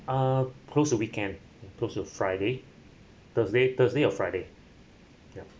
uh close to weekend close to friday thursday thursday or friday yup